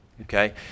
Okay